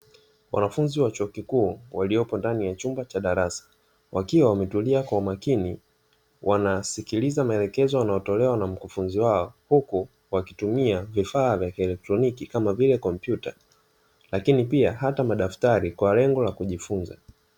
Wanafunzi wa chuo kikuu waliopo ndani ya chumba cha darasa, wakiwa wametulia kwa umakini wanasikiliza maelekezo wanayotolewa na mkufunzi wao huku wakitumia vifaa vya kielektroniki kama vile kompyuta lakini pia hata madaftari kwa lengo la kujifunza.